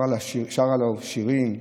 שרה לו שירים.